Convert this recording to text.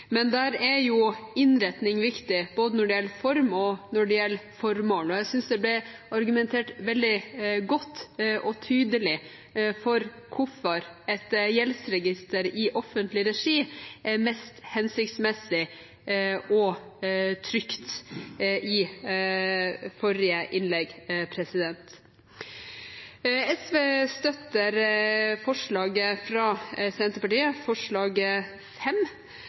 Men der er jo innretning viktig, når det gjelder både form og formål. Jeg synes det i forrige innlegg ble argumentert veldig godt og tydelig for hvorfor et gjeldsregister i offentlig regi er mest hensiktsmessig og trygt. SV støtter forslag nr. 5, fra Senterpartiet,